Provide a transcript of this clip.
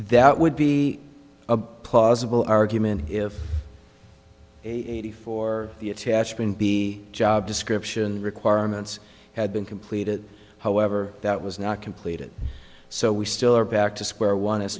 that would be a plausible argument if in eighty four the attachment the job description requirements had been completed however that was not completed so we still are back to square one